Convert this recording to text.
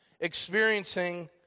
experiencing